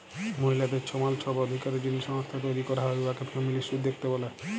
মহিলাদের ছমাল ছব অধিকারের জ্যনহে সংস্থা তৈরি ক্যরা হ্যয় উয়াকে ফেমিলিস্ট উদ্যক্তা ব্যলি